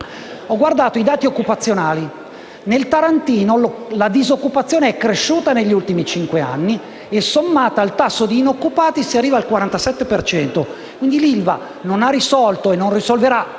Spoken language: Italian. Ho guardato i dati occupazionali: nel tarantino la disoccupazione è cresciuta negli ultimi cinque anni e, sommata al tasso di inoccupati, si arriva al 47 per cento. Quindi l'ILVA non ha risolto e non risolverà